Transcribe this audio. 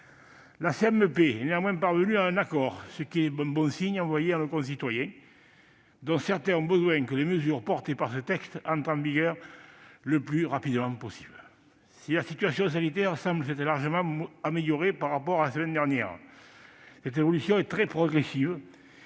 paritaire est néanmoins parvenue à un accord, ce qui est un bon signe envoyé à nos concitoyens, dont certains ont besoin que les mesures contenues dans ce texte entrent en vigueur le plus rapidement possible. Si la situation sanitaire semble s'être légèrement améliorée par rapport à la semaine dernière, cette évolution est très progressive,